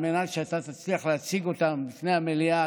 על מנת שאתה תצליח להציג אותם בפני המליאה,